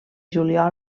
juliol